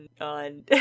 on